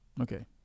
Okay